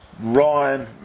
Ryan